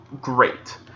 great